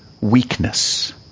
weakness